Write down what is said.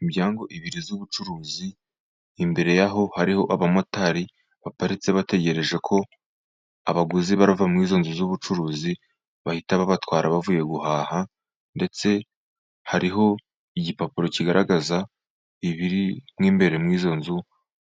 Imiryango ibiri y'ubucuruzi imbere yaho, hariho abamotari baparitse bategereje ko abaguzi bava muri izo nzu z'ubucuruzi, bahita babatwara bavuye guhaha, ndetse hariho igipapuro kigaragaza ibiri mu imbere mu izo nzu,